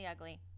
ugly